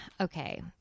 Okay